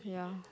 yeah